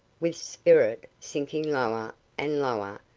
with spirit sinking lower and lower,